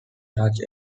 dutch